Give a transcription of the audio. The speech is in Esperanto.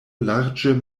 larĝe